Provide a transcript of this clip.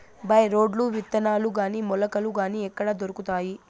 By రోడ్లు విత్తనాలు గాని మొలకలు గాని ఎక్కడ దొరుకుతాయి?